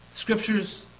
Scriptures